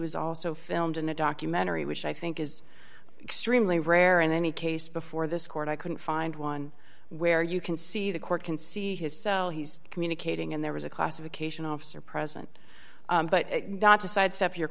was also filmed in a documentary which i think is extremely rare in any case before this court i couldn't find one where you can see the court can see his so he's communicating and there was a classification officer present but not to sidestep your